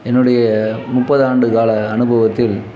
என்னுடைய முப்பது ஆண்டு கால அனுபவத்தில்